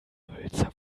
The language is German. hölzer